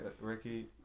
Ricky